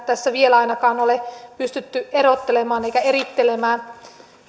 tässä vielä ainakaan ole pystytty erottelemaan eikä erittelemään